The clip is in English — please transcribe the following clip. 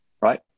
right